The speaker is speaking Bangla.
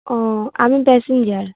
ও আমি প্যাসেঞ্জার